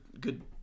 good